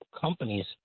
companies